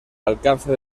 alcance